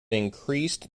increased